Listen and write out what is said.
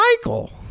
Michael